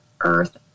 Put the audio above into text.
earth